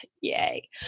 Yay